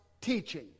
teaching